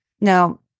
now